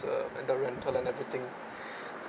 the and the rental and everything